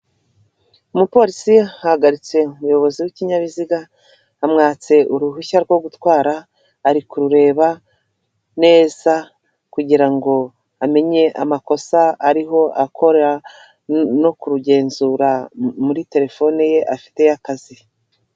Umupolisi ahagaritse umuyobozi w'ikinyabiziga amwatse uruhushya rwo gutwara ari kurureba neza kugirango ngo amenye amakosa ariho akora no kurugenzura muri terefone ye afite y'akazi.